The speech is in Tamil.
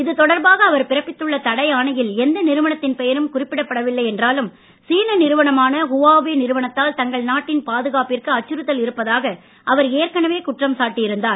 இதுதொடர்பாக அவர் பிறப்பித்துள்ள தடை ஆணையில் எந்த நிறுவனத்தின் பெயரும் குறிப்பிடப்படவில்லை என்றாலும் சீன நிறுவனமான ஹுவாவே நிறுவனத்தால் தங்கள் நாட்டின் பாதுகாப்பிற்கு அச்சுறுத்தல் இருப்பதாக அவர் ஏற்கனவே குற்றம் சாட்டி இருந்தார்